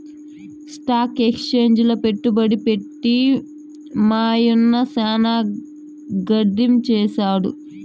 stock ఎక్సేంజిల పెట్టుబడి పెట్టి మా యన్న సాన గడించేసాడు